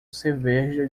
cerveja